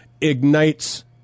ignites